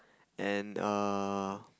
and err